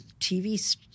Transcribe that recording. TV